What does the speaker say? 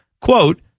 Quote